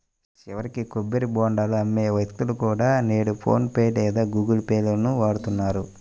చివరికి కొబ్బరి బోండాలు అమ్మే వ్యక్తులు కూడా నేడు ఫోన్ పే లేదా గుగుల్ పే లను వాడుతున్నారు